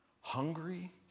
hungry